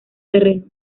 terreno